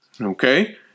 okay